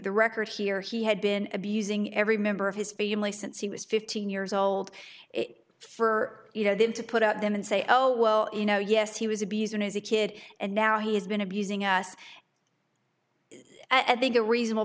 the record here he had been abusing every member of his family since he was fifteen years old it for you know them to put out them and say oh well you know yes he was abused as a kid and now he's been abusing us i think a reasonable